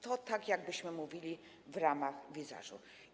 To tak jakbyśmy mówili: w ramach wizażu.